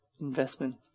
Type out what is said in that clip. investment